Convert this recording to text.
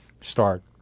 start